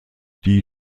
die